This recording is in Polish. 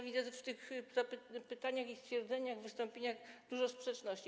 Widzę w tych pytaniach i stwierdzeniach, wystąpieniach dużo sprzeczności.